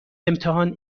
امتحان